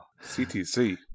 CTC